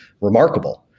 remarkable